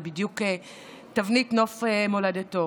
זה בדיוק "תבנית נוף מולדתו".